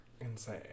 insane